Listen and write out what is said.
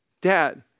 Dad